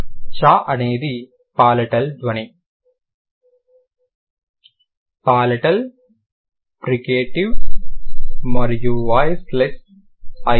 చ అనేది పాలటల్ ధ్వని పాలటల్ ఫ్రికేటివ్ మరియు వాయిస్ లెస్ అయినది